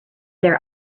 their